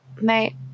mate